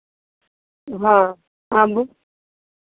हँ आबू